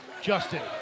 Justin